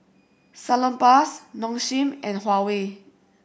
Salonpas Nong Shim and Huawei